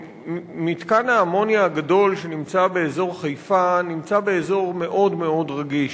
מתקן האמוניה הגדול שנמצא באזור חיפה נמצא באזור מאוד מאוד רגיש.